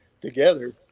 together